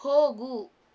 ಹೋಗು